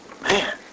man